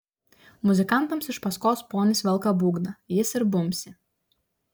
muzikantams iš paskos ponis velka būgną jis ir bumbsi